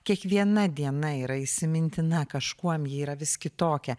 kiekviena diena yra įsimintina kažkuom ji yra vis kitokia